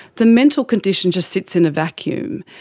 the mental condition just sits in a vacuum,